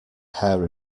hair